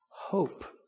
hope